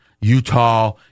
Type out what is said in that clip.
Utah